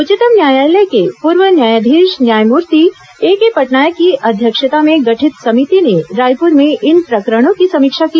उच्चतम न्यायालय के पूर्व न्यायाधीश न्यायमूर्ति एकेपटनायक की अध्यक्षता में गठित समिति ने रायपुर में इन प्रकरणों की समीक्षा की